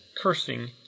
cursing